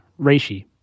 Reishi